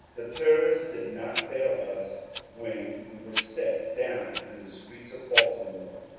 the terrors did not fail us when we were set down in the streets of baltimore,